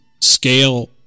scale